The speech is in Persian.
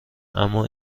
اما